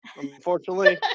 Unfortunately